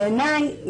בעיניי,